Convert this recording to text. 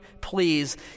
please